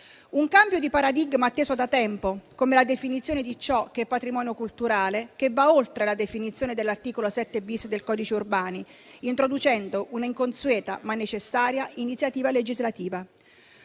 un cambio di paradigma atteso da tempo, come la definizione di ciò che è patrimonio culturale, che va oltre la definizione dell'articolo 7-*bis* del codice Urbani, introducendo una inconsueta, ma necessaria iniziativa legislativa.